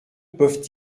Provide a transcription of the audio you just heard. peuvent